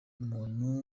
umuntu